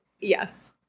Yes